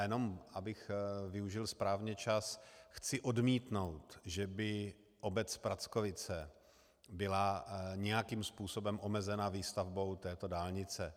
Jenom abych využil správně čas, chci odmítnout, že by obec Prackovice byla nějakým způsobem omezena výstavbou této dálnice.